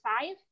five